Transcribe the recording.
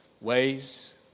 ways